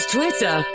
Twitter